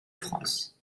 france